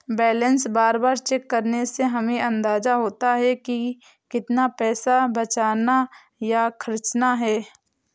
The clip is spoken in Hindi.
बैलेंस बार बार चेक करने से हमे अंदाज़ा होता है की कितना पैसा बचाना या खर्चना है